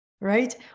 right